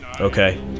okay